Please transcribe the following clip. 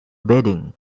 bedding